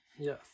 Yes